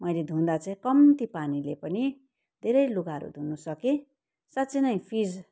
मैले धुँदा चाहिँ मैले कम्ती पानीले पनि धेरै लुगाहरू धुनु सकेँ साँच्ची नै फिँज